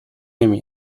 نمی